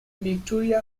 victoria